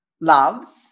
loves